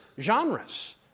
genres